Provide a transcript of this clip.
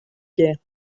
guère